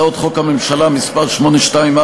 מ/824,